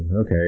Okay